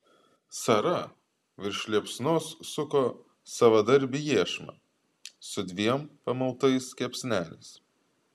sara virš liepsnos suko savadarbį iešmą su dviem pamautais kepsneliais